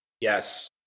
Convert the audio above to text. yes